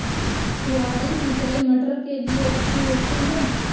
फुहारी सिंचाई मटर के लिए अच्छी होती है?